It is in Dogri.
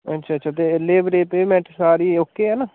अच्छा अच्छा ते लेबरै दी पेमेंट सारी ओके ऐ ना